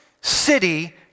city